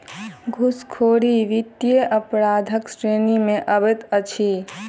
घूसखोरी वित्तीय अपराधक श्रेणी मे अबैत अछि